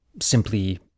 simply